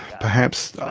perhaps.